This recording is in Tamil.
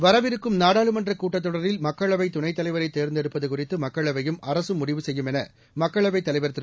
வரவிருக்கும் நாடாளுமன்ற கூட்டத் தொடரில் மக்களவை துணைத் தலைவரை தேர்ந்தெடுப்பது குறித்து மக்களவையும் அரசும் முடிவு செய்யும் என மக்களவைத் தலைவர் திரு